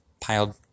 piled